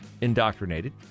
indoctrinated